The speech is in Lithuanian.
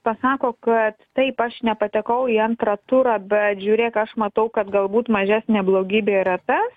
pasako kad taip aš nepatekau į antrą turą bet žiūrėk aš matau kad galbūt mažesnė blogybė yra ta